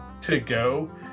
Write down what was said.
To-Go